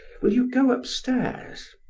will you go upstairs?